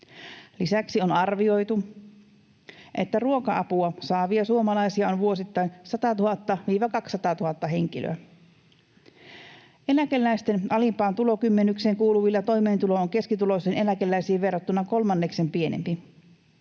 Lisäksi on arvioitu, että ruoka-apua saavia suomalaisia on vuosittain 100 000—200 000 henkilöä. Eläkeläisten alimpaan tulokymmenykseen kuuluvilla toimeentulo on keskituloisiin eläkeläisiin verrattuna kolmanneksen pienempi.